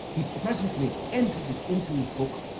he presently entered it into his book,